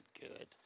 good